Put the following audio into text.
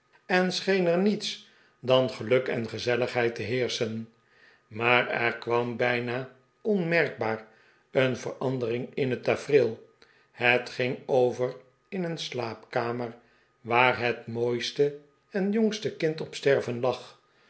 en scheen er niets dan geluk en gezelligheid te heerschen maar er kwam bijna onmerkbaar een verandering in het tafereel het ging over in een slaapkamer waaf het mooiste en jongstekind op sterven lag